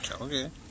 okay